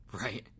Right